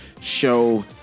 Show